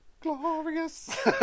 Glorious